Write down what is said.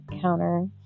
counter